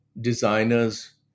designers